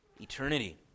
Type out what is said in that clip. eternity